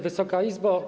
Wysoka Izbo!